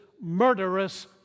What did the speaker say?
murderous